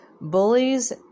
Bullies